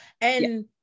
And-